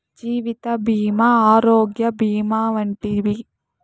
జీవిత భీమా ఆరోగ్య భీమా వంటివి